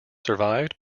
survived